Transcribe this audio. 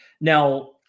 now